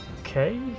Okay